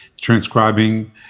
transcribing